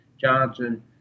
Johnson